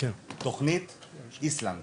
תוכנית איסלנד